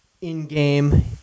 in-game